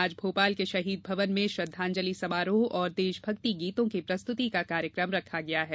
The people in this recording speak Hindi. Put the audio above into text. आज भोपाल के शहीद भवन में श्रद्धांजलि समारोह और देशभक्ति गीतों की प्रस्तुति का कार्यकम रखागया है